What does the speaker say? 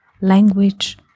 language